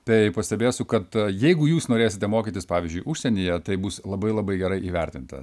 bei pastebėsiu kad jeigu jūs norėsite mokytis pavyzdžiui užsienyje tai bus labai labai gerai įvertinta